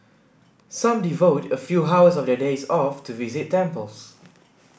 some devote a few hours of their days off to visit temples